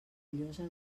llosa